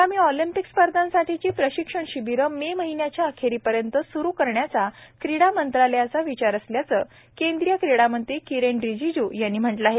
आगामी ऑलिम्पिक स्पर्धांसाठीची प्रशिक्षण शिबिरं मे महिन्याच्या अखेरीपर्यंत सुरू करण्याचा क्रीडा मंत्रालयाचा विचार असल्याचं केंद्रीय क्रीडा मंत्री किरण रिजिज् यांनी म्हटलं आहे